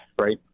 Right